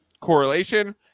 correlation